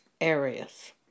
areas